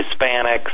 Hispanics